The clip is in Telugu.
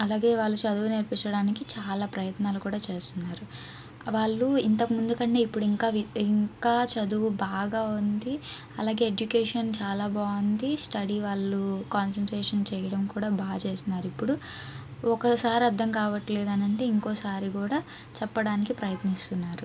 అలాగే వాళ్ళు చదువు నేర్పించడానికి చాలా ప్రయత్నాలు కూడా చేస్తున్నారు వాళ్ళు ఇంతకు ముందు కన్నా ఇప్పుడు ఇంకా ఇంకా చదువు బాగా ఉంది అలాగే ఎడ్యుకేషన్ చాలా బాగుంది స్టడీ వాళ్ళు కాన్సన్ట్రేషన్ చేయడం కూడా బాగా చేస్తున్నారు ఇప్పుడు ఒకసారి అర్థం కావట్లేదనంటే ఇంకోసారి కూడా చెప్పడానికి ప్రయత్నిస్తున్నారు